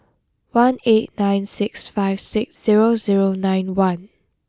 one eight nine six five six zero zero nine one